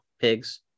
pigs